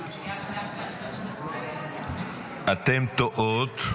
אתן טועות.